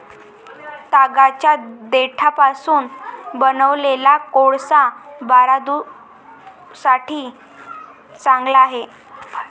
तागाच्या देठापासून बनवलेला कोळसा बारूदासाठी चांगला आहे